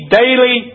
daily